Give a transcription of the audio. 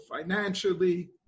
financially